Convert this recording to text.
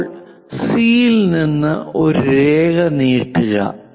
ഇപ്പോൾ സി യിൽ നിന്ന് ഒരു രേഖ നീട്ടുക